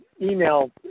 email